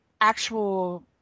actual